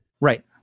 Right